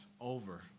over